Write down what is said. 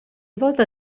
volta